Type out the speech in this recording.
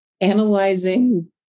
analyzing